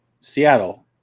Seattle